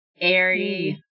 airy